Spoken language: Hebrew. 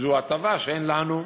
זו הטבה שאין לנו.